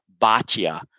Bhatia